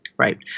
right